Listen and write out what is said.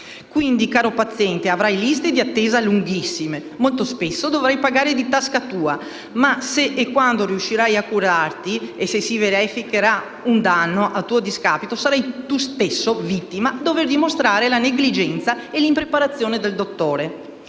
Quindi, caro paziente, avrai liste di attesa lunghissime, molto spesso dovrai pagare di tasca tua, ma se e quando riuscirai a curarti e si verificherà un danno a tuo discapito sarai tu stesso, vittima, a dover dimostrare la negligenza e l'impreparazione del dottore.